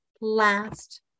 last